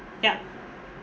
yup